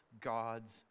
God's